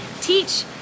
teach